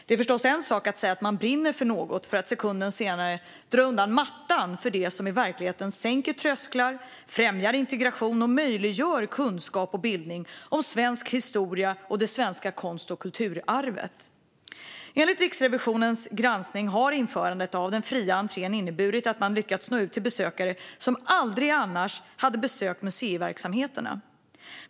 Det talas om att brinna för detta, men sekunden senare dras mattan undan för det som i verkligheten sänker trösklar, främjar integration och möjliggör kunskap och bildning om svensk historia och det svenska konst och kulturarvet. Enligt Riksrevisionens granskning har införandet av den fria entrén inneburit att man lyckats nå ut till besökare som annars aldrig hade besökt museiverksamheterna.